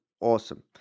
Awesome